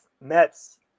Mets